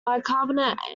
bicarbonate